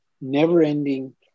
never-ending